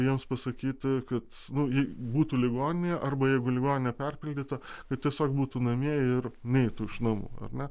jiems pasakyti kad nu jei būtų ligoninėje arba jeigu ligoninė perpildyta tai tiesiog būtų namie ir neitų iš namų ar ne